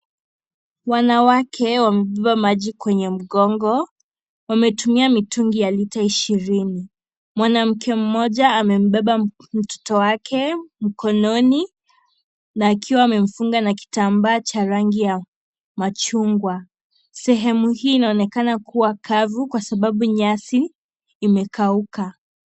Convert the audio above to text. Wanawake wamebeba maji kwenye mgongo, wametumia mitungi ya lita ishirini. Mwanamke mmoja amembeba mtoto wake mkononi, na akiwa amemfunga na kitambaa cha rangi ya machungwa. Sehemu hii inaonekana kuwa kavu kwa sababu nyasi, imekauka.